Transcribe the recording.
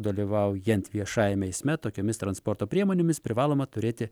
dalyvaujant viešajame eisme tokiomis transporto priemonėmis privaloma turėti